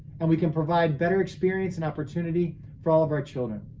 and we can provide better experience and opportunity for all of our children.